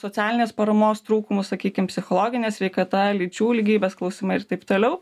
socialinės paramos trūkumu sakykim psichologinė sveikata lyčių lygybės klausimai ir taip toliau